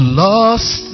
lost